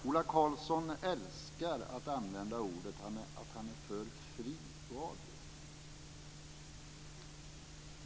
Ola Karlsson älskar att använda uttrycket att han är för fri radio.